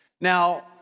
Now